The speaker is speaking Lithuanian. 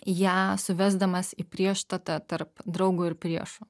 ją suvesdamas į priešstatą tarp draugo ir priešo